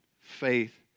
faith